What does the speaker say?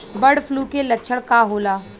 Bird flu के लक्षण का होला?